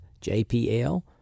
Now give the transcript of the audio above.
JPL